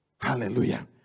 Hallelujah